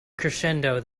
crescendo